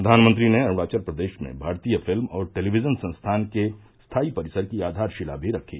प्रधानमंत्री ने अरुणाचल प्रदेश में भारतीय फिल्म और टेलीविजन संस्थान के स्थाई परिसर की आधारशिला भी रखी